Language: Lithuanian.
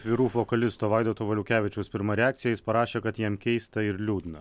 the roop vokalisto vaidoto valiukevičiaus pirma reakcija jis parašė kad jam keista ir liūdna